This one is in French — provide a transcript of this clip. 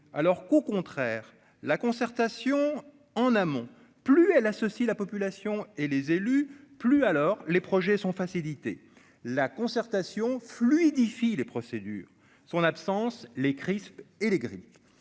alors qu'au contraire la concertation en amont, plus elle associe la population et les élus plus alors les projets sont faciliter la concertation fluidifie les procédures son absence, les crises et les le